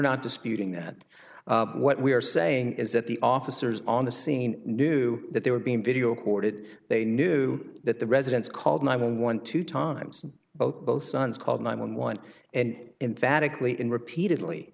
not disputing that what we are saying is that the officers on the scene knew that they were being video recorded they knew that the residents called nine one one two times both both sons called nine one one and emphatically and repeatedly